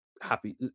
happy